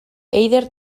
eider